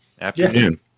afternoon